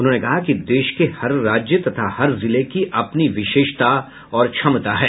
उन्होंने कहा कि देश के हर राज्य तथा हर जिले की अपनी विशेषता और क्षमता है